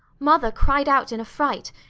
mother cried out in a fright,